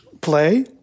Play